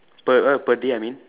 per err per day I mean